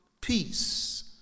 peace